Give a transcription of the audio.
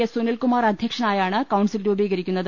S Sunilkumar അധ്യക്ഷനായാണ് council രൂപീകരിക്കുന്നത്